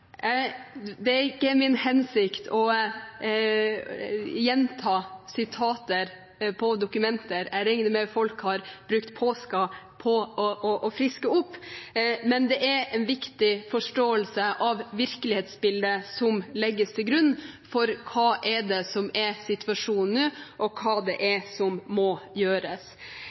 Det er ikke min hensikt å gjenta sitater fra dokumenter – jeg regner med at folk har brukt påsken på å friske opp. Men dette er en viktig forståelse av virkelighetsbildet som legges til grunn. Hva er det som er situasjonen nå, og hva er det som må gjøres? Etter SVs syn er